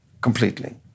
completely